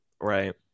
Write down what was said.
Right